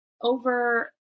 over